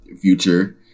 future